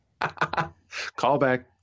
Callback